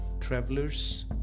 Travelers